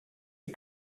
die